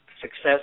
Success